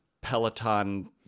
Peloton